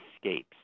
escapes